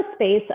space